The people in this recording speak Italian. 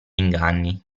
inganni